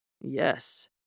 Yes